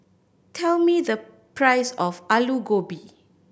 tell me the price of Alu Gobi